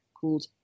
called